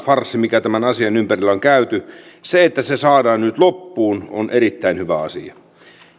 farssi mikä tämän asian ympärillä on käyty se että se saadaan nyt loppuun on erittäin hyvä asia